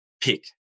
pick